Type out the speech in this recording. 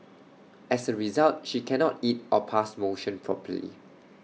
as A result she cannot eat or pass motion properly